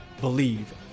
believe